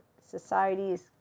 societies